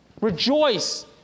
Rejoice